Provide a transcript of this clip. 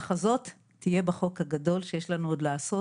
הזאת תהיה בחוק הגדול שיש לנו עוד לעשות,